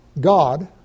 God